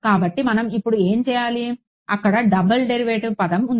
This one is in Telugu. కాబట్టి మనం ఇప్పుడు ఏమి చేయాలి అక్కడ డబుల్ డెరివేటివ్ పదం ఉంది